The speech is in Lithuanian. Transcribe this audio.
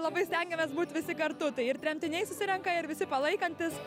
labai stengiamės būt visi kartu tai ir tremtiniai susirenka ir visi palaikantys